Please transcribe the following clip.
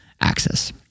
access